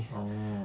orh